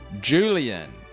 Julian